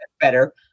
better